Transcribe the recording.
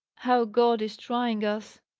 how god is trying us!